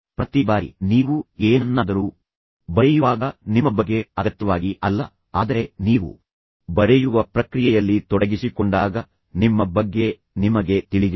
ಪ್ರತಿ ಬಾರಿ ನೀವು ಏನನ್ನಾದರೂ ಬರೆಯುವಾಗ ನಿಮ್ಮ ಬಗ್ಗೆ ಅಗತ್ಯವಾಗಿ ಅಲ್ಲ ಆದರೆ ನೀವು ಬರೆಯುವ ಪ್ರಕ್ರಿಯೆಯಲ್ಲಿ ತೊಡಗಿಸಿಕೊಂಡಾಗ ನಿಮ್ಮ ಬಗ್ಗೆ ನಿಮಗೆ ತಿಳಿದಿದೆ